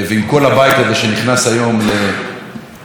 שנכנס היום למושב החורף שלו,